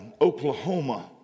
oklahoma